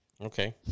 Okay